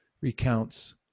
recounts